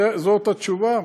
זאת התשובה?